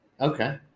Okay